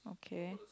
okay